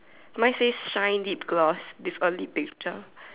mine says shine deep gloss this uh lip picture